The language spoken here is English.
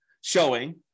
showing